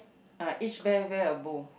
each bear wear a bow